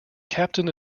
captain